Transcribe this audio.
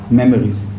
memories